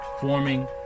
forming